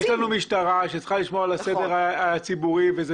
יש לנו משטרה שצריכה לשמור על הסדר הציבורי וזה